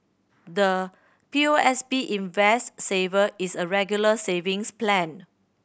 the P O S B Invest Saver is a Regular Savings Plan